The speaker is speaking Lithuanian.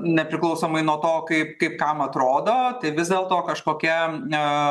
nepriklausomai nuo to kaip kaip kam atrodo tai vis dėlto kažkokia a